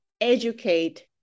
educate